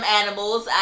animals